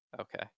Okay